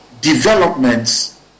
developments